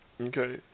Okay